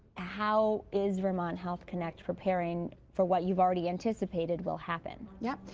how is vermont health connect preparing for what you've already anticipated will happen? yeah